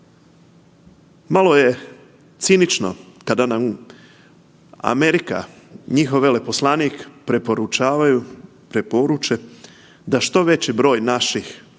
Malo je cinično kada nam Amerika, njihov veleposlanik preporuče da što veći broj naših